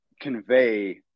convey